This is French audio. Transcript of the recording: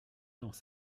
dans